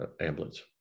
ambulance